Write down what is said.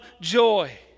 joy